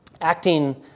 acting